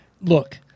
Look